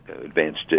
advanced